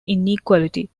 inequality